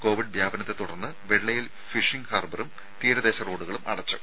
Covid വ്യാപനത്തെത്തുടർന്ന് വെള്ളയിൽ fishing ഹാർബറും തീരദേശ റോഡുകളും അടച്ചു